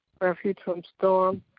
refugefromstorm